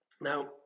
Now